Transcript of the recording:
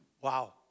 Wow